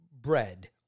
bread